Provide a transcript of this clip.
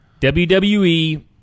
WWE